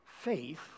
faith